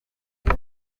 kuki